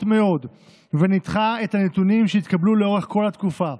מאוד וניתח את הנתונים שהתקבלו לאורך כל התקופה.